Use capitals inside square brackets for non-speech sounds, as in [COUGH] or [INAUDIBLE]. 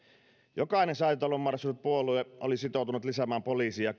jokainen säätytaloon marssinut puolue oli sitoutunut lisäämään poliiseja [UNINTELLIGIBLE]